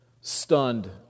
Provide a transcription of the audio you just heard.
stunned